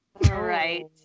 right